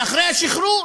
ואחרי השחרור,